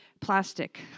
plastic